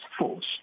force